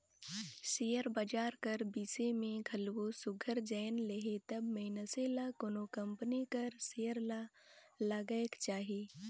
share बजार कर बिसे में घलो सुग्घर जाएन लेहे तब मइनसे ल कोनो कंपनी कर सेयर ल लगाएक चाही